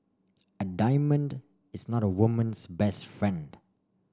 a diamond is not a woman's best friend